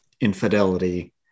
infidelity